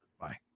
Bye